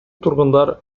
тургундар